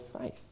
faith